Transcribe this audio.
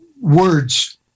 words